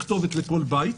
אין כתובת לכל בית.